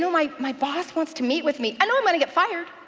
know, my my boss wants to meet with me. i know i'm gonna get fired.